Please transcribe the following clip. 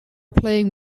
playing